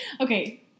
okay